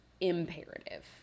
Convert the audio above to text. imperative